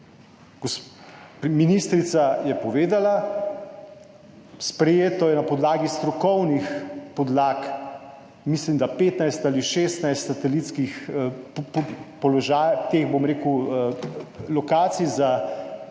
Ministrica je povedala, sprejeto je na podlagi strokovnih podlag, mislim, da 15 ali 16 satelitskih lokacij za